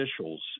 officials